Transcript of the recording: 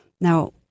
Now